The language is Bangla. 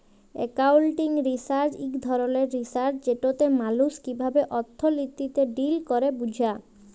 একাউলটিং রিসার্চ ইক ধরলের রিসার্চ যেটতে মালুস কিভাবে অথ্থলিতিতে ডিল ক্যরে বুঝা